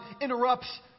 interrupts